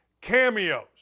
cameos